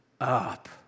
up